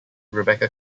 rebecca